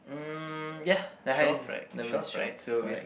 mm ya the highest number is twelve correct